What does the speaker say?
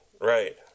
Right